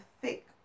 thick